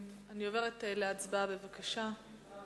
אני עוברת להצבעה, בבקשה.